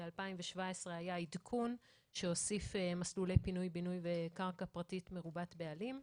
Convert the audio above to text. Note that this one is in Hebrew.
ב-2017 היה עדכון שהוסיף מסלולי פינוי-בינוי בקרקע פרטית מרובת בעלים.